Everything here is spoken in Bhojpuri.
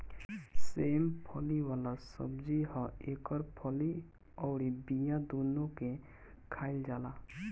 सेम फली वाला सब्जी ह एकर फली अउरी बिया दूनो के खाईल जाला